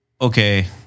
okay